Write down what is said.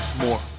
more